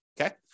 Okay